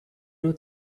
nur